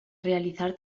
realizar